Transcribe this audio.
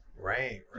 right